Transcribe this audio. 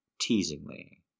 teasingly